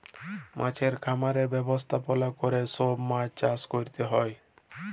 মাছের খামারের ব্যবস্থাপলা ক্যরে সব মাছ চাষ ক্যরতে হ্যয়